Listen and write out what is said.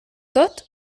tot